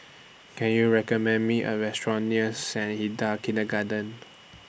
Can YOU recommend Me A Restaurant near Saint Hilda's Kindergarten